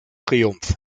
triumph